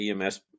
EMS